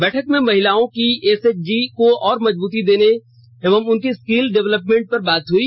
बैठक में महिलाओं की एसएचजी को और मजबूती देने एवं उनके स्किल डेवेलपमेंट पर बात हुई